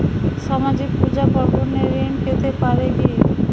সামাজিক পূজা পার্বণে ঋণ পেতে পারে কি?